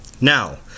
Now